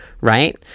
right